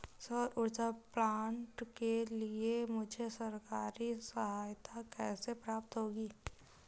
सौर ऊर्जा प्लांट के लिए मुझे सरकारी सहायता कैसे प्राप्त होगी?